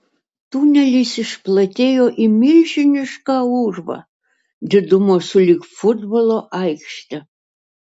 tunelis išplatėjo į milžinišką urvą didumo sulig futbolo aikšte